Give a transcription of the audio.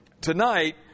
Tonight